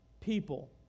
people